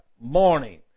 morning